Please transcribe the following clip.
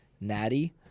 Natty